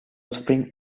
springs